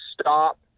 stop